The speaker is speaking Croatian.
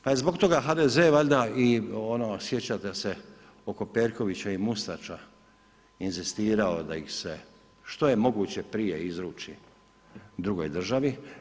Pa je zbog toga HDZ valjda i ono sjećate se oko Perkovića i Mustača inzistirao da ih se što je moguće prije izruči drugoj državi.